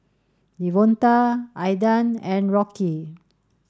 Devonta Aidan and Rocky